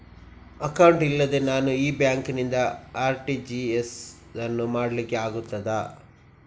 Account ಇಲ್ಲದೆ ನಾನು ಈ ಬ್ಯಾಂಕ್ ನಿಂದ ಆರ್.ಟಿ.ಜಿ.ಎಸ್ ಯನ್ನು ಮಾಡ್ಲಿಕೆ ಆಗುತ್ತದ?